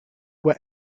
were